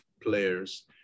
players